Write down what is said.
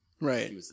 Right